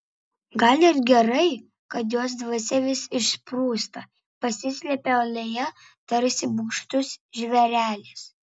gal ir gerai kad jos dvasia vis išsprūsta pasislepia oloje tarsi bugštus žvėrelis